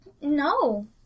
No